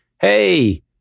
hey